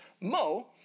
mo